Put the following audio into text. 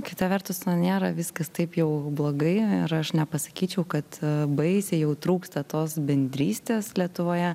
kita vertus na nėra viskas taip jau blogai ir aš nepasakyčiau kad baisiai jau trūksta tos bendrystės lietuvoje